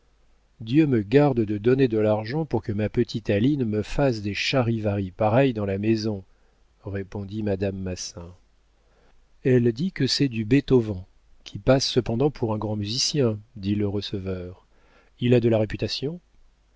dieu me garde de donner de l'argent pour que ma petite aline me fasse des charivaris pareils dans la maison répondit madame massin elle dit que c'est de bethovan qui passe cependant pour un grand musicien dit le receveur il a de la réputation